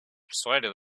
persuaded